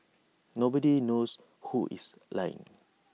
nobody knows who is lying